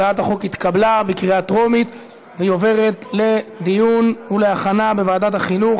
הצעת החוק התקבלה בקריאה טרומית ומועברת לדיון ולהכנה בוועדת החינוך,